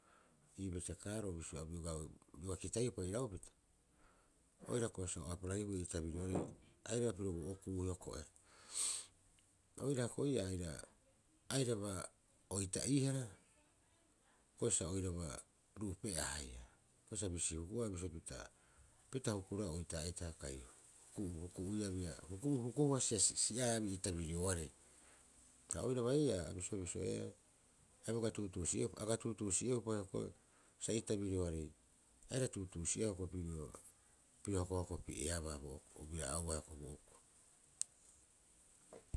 Ii betekaarori sa o biogau bioga kitaiupa iraupita oira hioko'i sa'o apaihue iitabirioarei airaba piro bo okuu hioko'i. Oira hioko'i ii'aa aira, airaba oita'iiharaa hioko'i sa oiraba nuupe'a haia. Hioko'i sa bisio huka'aa pita hukuroea oita'iita ai huku- huku'uia biraa siaabii ii tabirioarei. Uka oiraba ii'aa bisio- bisio ee, a bioga tuutuusi'e aga tuutuusi'eupa hioko'i sa ii tabirioarei aira tuutuusi'eau hioko'i pirio, piro hokohokopieabaa bo ok obira'aaua.